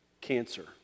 cancer